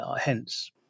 hence